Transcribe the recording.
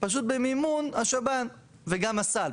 פשוט במימון השב"ן וגם הסל,